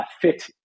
fit